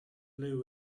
blew